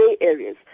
Areas